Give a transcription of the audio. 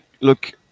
look